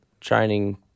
training